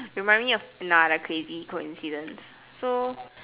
remind me of another crazy coincidence